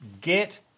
get